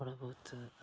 थोह्ड़ा बोह्त